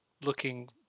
looking